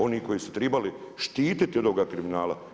Oni koji su trebali štiti od ovoga kriminala.